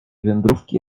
wędrówki